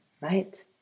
right